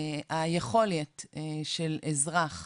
היכולת של אזרח,